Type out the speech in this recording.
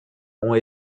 ont